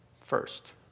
first